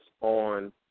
on